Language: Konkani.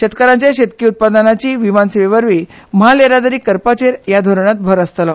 शेतकारांचे शेतकी उत्पादनाची विमान सेवे वरवीं म्हाल येरादारी करपाचेर ह्या धोरणांत भर आसतलो